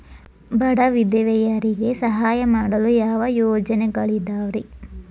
ಬಡ ವಿಧವೆಯರಿಗೆ ಸಹಾಯ ಮಾಡಲು ಯಾವ ಯೋಜನೆಗಳಿದಾವ್ರಿ?